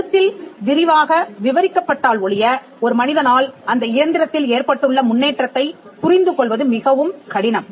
எழுத்தில் விரிவாக விவரிக்கப்பட்டால் ஒழிய ஒரு மனிதனால் அந்த இயந்திரத்தில் ஏற்பட்டுள்ள முன்னேற்றத்தைப் புரிந்து கொள்வது மிகவும் கடினம்